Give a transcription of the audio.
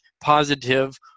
positive